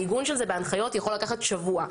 העיגון של זה בהנחיות יכול לקחת שבוע.